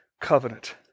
covenant